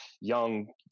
young